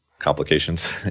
Complications